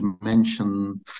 mention